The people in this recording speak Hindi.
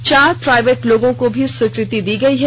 साथ ही चार प्राइवेट लोगों को भी स्वीकृति दी गई है